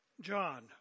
John